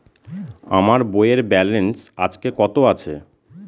আমার বইয়ের ব্যালেন্স আজকে কত আছে?